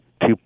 two